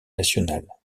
nationales